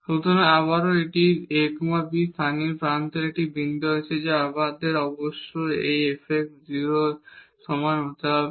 সুতরাং আবারও যে এটি a b স্থানীয় প্রান্তের একটি বিন্দু আছে তা আমাদের অবশ্যই এই fx 0 এর সমান হতে হবে